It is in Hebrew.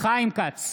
חיים כץ,